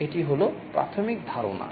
এটি হল প্রাথমিক ধারণা